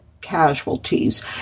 casualties